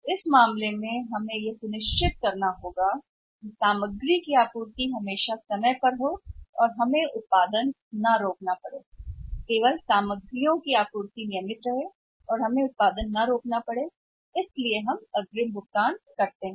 तो उस मामले में हम यह सुनिश्चित करना चाहते हैं कि सामग्री की आपूर्ति हमेशा समय पर हो और हम नियमित न हों उत्पादन रोकना हम केवल सामग्री की इच्छा के लिए उत्पादन को रोकने के लिए उपयोग नहीं किए जाते हैं उस कारण से हम अग्रिम भुगतान करते हैं